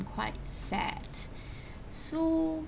quite fat so